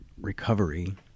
recovery